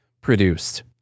produced